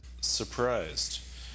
surprised